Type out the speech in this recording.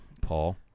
Paul